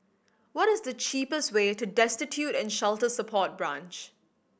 what is the cheapest way to Destitute and Shelter Support Branch